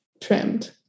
trimmed